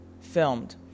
Filmed